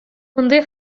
мондый